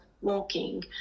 walking